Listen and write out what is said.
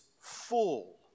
full